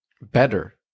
Better